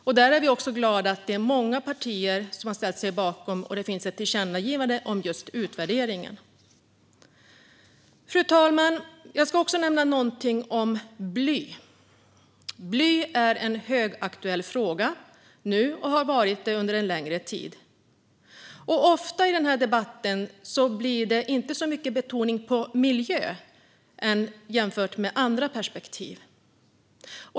Vi är glada att det är många partier som har ställt sig bakom detta, och det finns ett tillkännagivande om just utvärderingen. Fru talman! Jag ska också nämna någonting om bly, som har varit en högaktuell fråga under en längre tid. Ofta blir det i den här debatten inte så mycket betoning på miljö jämfört med andra perspektiv.